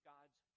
God's